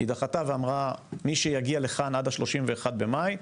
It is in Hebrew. היא דחתה ואמרה "מי שיגיע לכאן עד ה-31 במאי,